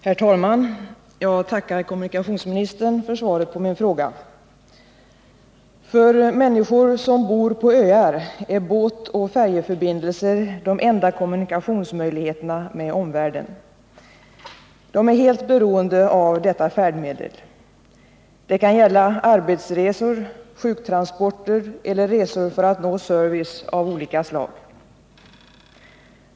Herr talman! Jag tackar kommunikationsministern för svaret på min fråga. För människor som bor på öar är båtoch färjeförbindelser de enda möjligheterna till kommunikation med omvärlden. Människorna är helt beroende av detta färdmedel. Det kan gälla arbetsresor, sjuktransporter eller resor för att nå service av olika slag.